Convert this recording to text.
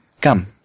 Come